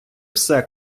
псе